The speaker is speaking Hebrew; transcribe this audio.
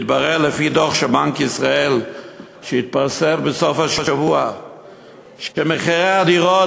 מתברר לפי דוח של בנק ישראל שהתפרסם בסוף השבוע שמחירי הדיור,